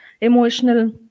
emotional